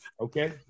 okay